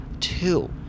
Two